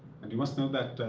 and you must know that,